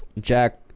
Jack